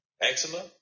eczema